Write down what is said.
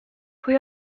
pwy